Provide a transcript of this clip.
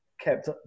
kept